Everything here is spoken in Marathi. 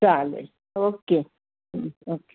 चालेल ओके ओके